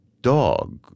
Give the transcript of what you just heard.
dog